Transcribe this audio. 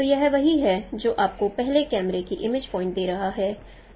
तो यह वही है जो आपको पहले कैमरे की इमेज पॉइंट दे रहा है